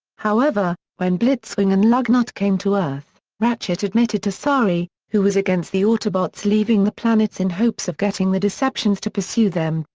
however, when blitzwing and lugnut came to earth, ratchet admitted to sari, who was against the autobots leaving the planet in hopes of getting the deceptions to pursue them,